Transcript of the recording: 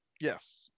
yes